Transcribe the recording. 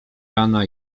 rana